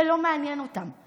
זה לא מעניין אותם.